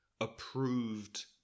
approved